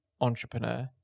entrepreneur